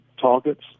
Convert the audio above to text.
targets